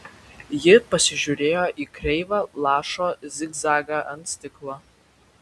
ji pasižiūrėjo į kreivą lašo zigzagą ant stiklo